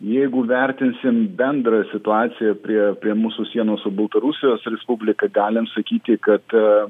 jeigu vertinsim bendrą situaciją prie prie mūsų sienos su baltarusijos respublika galim sakyti kad